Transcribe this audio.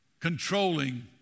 controlling